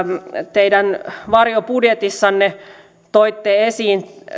teidän varjobudjetissanne nyt viimeisimmässä toitte esiin